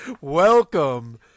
welcome